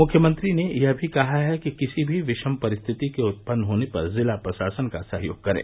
मुख्यमंत्री ने यह भी कहा है कि किसी भी विषम परिस्थिति के उत्पन्न होने पर जिला प्रशासन का सहयोग करें